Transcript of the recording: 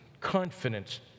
confidence